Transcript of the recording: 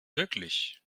wirklich